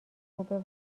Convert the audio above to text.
خوبه